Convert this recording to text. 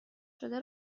شده